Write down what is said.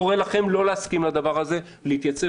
אני קורא לכם לא להסכים לדבר הזה ולהתייצב